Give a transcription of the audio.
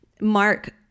Mark